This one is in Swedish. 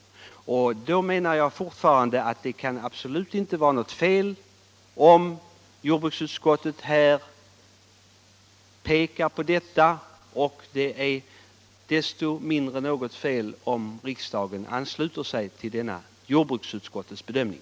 Och jag anser fortfarande att det inte kan vara något fel om jordbruksutskottet pekar på detta, och det är ännu mindre fel om riksdagen ansluter sig till denna jordbruksutskottets bedömning.